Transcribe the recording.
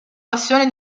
passione